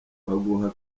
baguha